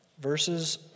Verses